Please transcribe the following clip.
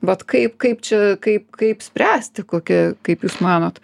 vat kaip kaip čia kaip kaip spręsti kokią kaip jūs manot